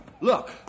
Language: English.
look